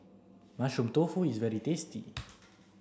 mushroom tofu is very tasty